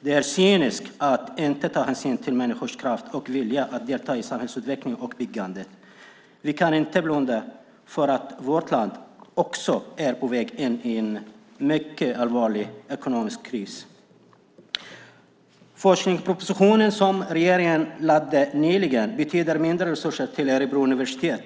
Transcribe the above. Det är cyniskt att inte ta hänsyn till människors kraft och vilja att delta i samhällsutvecklingen och samhällsbyggandet. Vi kan inte blunda för att vårt land också är på väg in i en mycket allvarlig ekonomisk kris. Forskningspropositionen som regeringen nyligen lade fram betyder mindre resurser till Örebro universitet.